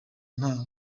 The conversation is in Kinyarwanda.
nta